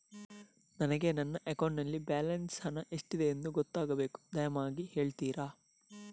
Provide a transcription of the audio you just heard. ನನಗೆ ನನ್ನ ಅಕೌಂಟಲ್ಲಿ ಬ್ಯಾಲೆನ್ಸ್ ಹಣ ಎಷ್ಟಿದೆ ಎಂದು ಗೊತ್ತಾಗಬೇಕು, ದಯಮಾಡಿ ಹೇಳ್ತಿರಾ?